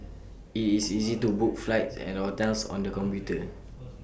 IT is easy to book flights and hotels on the computer